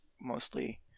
mostly